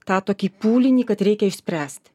tą tokį pūlinį kad reikia išspręsti